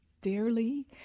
dearly